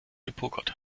gepokert